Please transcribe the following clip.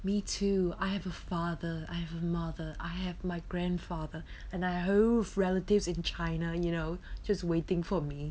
me too I have a father I have a mother I have my grandfather and I have relatives in china you know just waiting for me